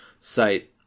site